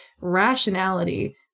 rationality